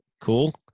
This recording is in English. cool